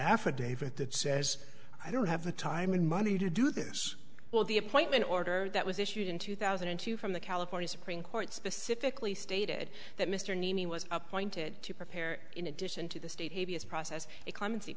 affidavit that says i don't have the time and money to do this well the appointment order that was issued in two thousand and two from the california supreme court specifically stated that mr niemi was appointed to prepare in addition to the state a g s process